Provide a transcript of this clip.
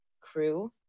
crew